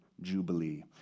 jubilee